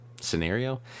scenario